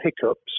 hiccups